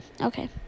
okay